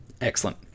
Excellent